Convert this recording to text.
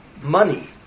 Money